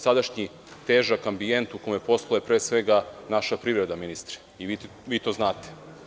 Sadašnji težak ambijent u kome posluje naša privreda, ministre, i vi to znate.